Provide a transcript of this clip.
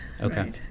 Okay